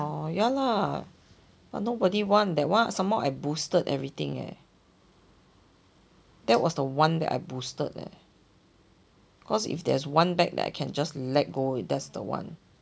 orh ya lah but nobody want some more that one I boosted everything eh that was the one that I boosted leh cause if there's one bag that I can just let go that's the one